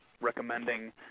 recommending –